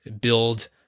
build